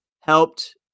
helped